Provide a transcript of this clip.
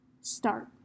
start